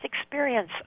experience